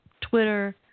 Twitter